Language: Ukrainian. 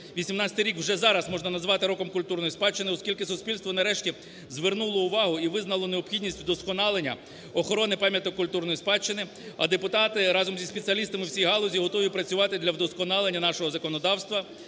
2018 рік вже зараз можна назвати роком культурної спадщини, оскільки суспільство нарешті звернуло увагу і визнало необхідність вдосконалення охорони пам'яток культурної спадщини, а депутати разом зі спеціалістами в цій галузі готові працювати для вдосконалення нашого законодавства,